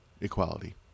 equality